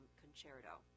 concerto